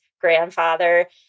grandfather